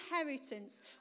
inheritance